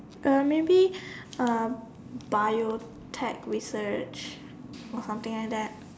uh maybe uh Biotech research or something like that